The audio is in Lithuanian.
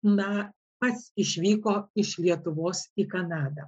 na pats išvyko iš lietuvos į kanadą